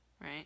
right